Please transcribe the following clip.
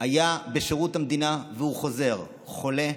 היה בשירות המדינה והוא חוזר חולה,